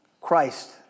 Christ